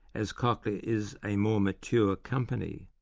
as cochlear is a more mature company,